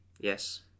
Yes